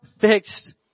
Fixed